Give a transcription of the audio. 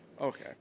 Okay